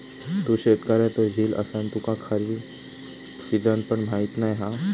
तू शेतकऱ्याचो झील असान तुका खरीप सिजन पण माहीत नाय हा